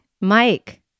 Mike